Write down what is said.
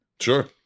sure